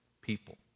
people